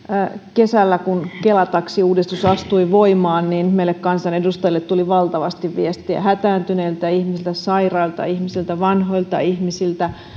kesällä kun kela taksiuudistus astui voimaan meille kansanedustajille tuli valtavasti viestejä hätääntyneiltä ihmisiltä sairailta ihmisiltä vanhoilta ihmisiltä